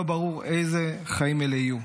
לא ברור איזה חיים אלה יהיו.